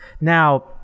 now